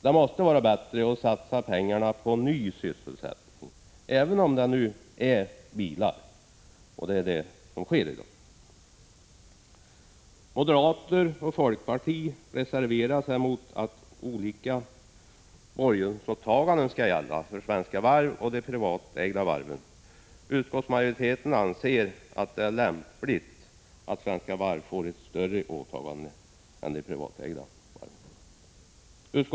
Det måste vara bättre att satsa pengarna på ny sysselsättning, även om den nu innebär att man tillverkar bilar — och det är det som sker i dag. Moderater och folkpartister reserverar sig mot att olika borgensåtaganden skall gälla för Svenska Varv och för de privatägda varven. Utskottsmajorite ten anser att det är lämpligt att Svenska Varv får ett större åtagande än de privatägda varven.